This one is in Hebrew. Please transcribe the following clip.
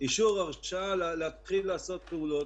אישור הרשאה להתחיל לעשות פעולות.